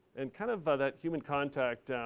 and kind of ah that human contact,